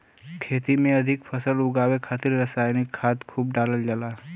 खेती में अधिक फसल उगावे खातिर रसायनिक खाद खूब डालल जाला